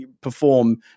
perform